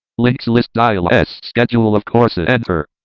links list dialogue. s. schedule of courses. enter.